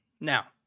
Now